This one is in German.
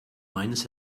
meines